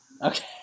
Okay